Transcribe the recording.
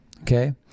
Okay